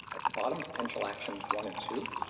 at the bottom, potential actions one and two,